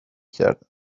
کردم